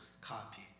copy